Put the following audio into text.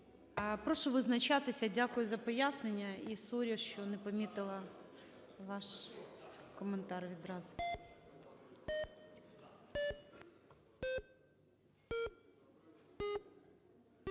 Прошу визначатись. Дякую за пояснення і sorry, що не помітила ваш коментар відразу.